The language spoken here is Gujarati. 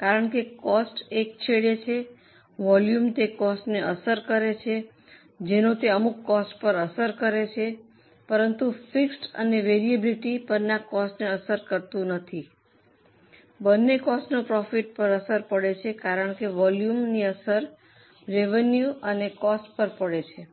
કારણ કે કોસ્ટ એક છેડે છે વોલ્યુમ તે કોસ્ટને અસર કરે છે જેનો તે અમુક કોસ્ટ પર અસર કરે છે પરંતુ ફિક્સડ અને વેરીએબિલીટી પરના કોસ્ટને અસર કરતું નથી બંને કોસ્ટનો પ્રોફિટ પર અસર પડે છે કારણ કે વોલ્યુમની અસર રેવેન્યૂ અને કોસ્ટ પર પડે છે